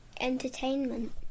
entertainment